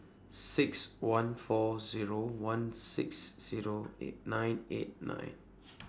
six one four Zero one six Zero eight nine eight nine